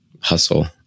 hustle